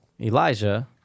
Elijah